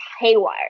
haywire